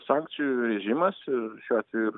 sankcijų režimas ir šiuo atveju